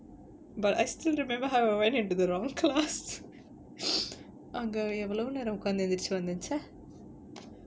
but I still remember how I went into the wrong class அங்க எவ்ளோ நேரம் உக்காந்து எந்திருச்சு வந்தேன்:anga evlo neram ukkanthu enthiruchu vanthaen